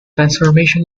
transformation